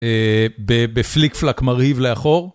בפליק פלק מרהיב לאחור.